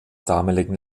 damaligen